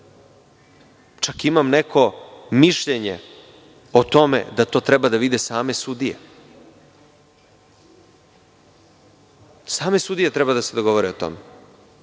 Čak imam neko mišljenje o tome da to treba da vide same sudije. Same sudije treba da se dogovore o tome.